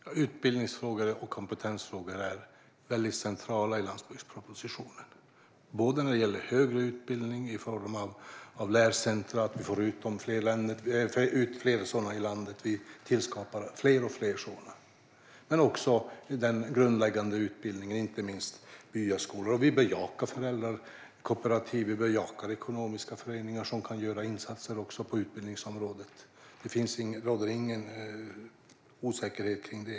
Herr ålderspresident! Utbildnings och kompetensfrågor är centrala i landsbygdspropositionen. Det gäller både högre utbildning i form av fler lärcentrum i landet och grundläggande utbildning, inte minst byskolor. Vi bejakar föräldrakooperativ och ekonomiska föreningar, som kan göra insatser på också utbildningsområdet. Detta råder det inte osäkerhet kring.